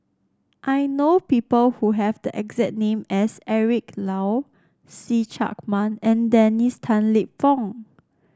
I know people who have the exact name as Eric Low See Chak Mun and Dennis Tan Lip Fong